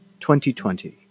2020